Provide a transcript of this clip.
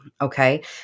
okay